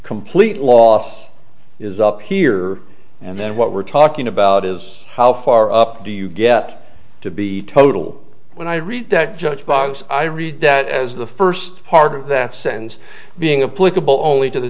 complete loss is up here and then what we're talking about is how far up do you get to be total when i read that judge box i read that as the first part of that sense being a political only to the